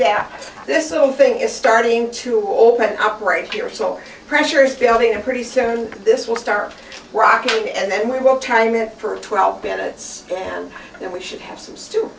that this is one thing is starting to open up right here so pressure is building and pretty soon this will start rocking and then we will time it for twelve minutes and then we should have some soup